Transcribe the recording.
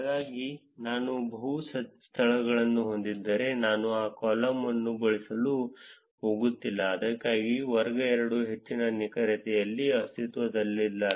ಹಾಗಾಗಿ ನಾನು ಬಹು ಸ್ಥಳಗಳನ್ನು ಹೊಂದಿದ್ದರೆ ನಾನು ಆ ಕಾಲಮ್ ಅನ್ನು ಬಳಸಲು ಹೋಗುತ್ತಿಲ್ಲ ಅದಕ್ಕಾಗಿಯೇ ವರ್ಗ 2 ಹೆಚ್ಚಿನ ನಿಖರತೆಯಲ್ಲಿ ಅಸ್ತಿತ್ವದಲ್ಲಿಲ್ಲ